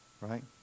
Right